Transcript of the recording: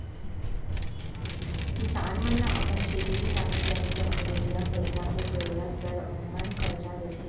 किसान मन ल अपन खेती किसानी करे बर होवइया पइसा के जरुरत बर ओमन करजा देथे